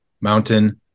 Mountain